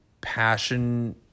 passion